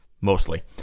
mostly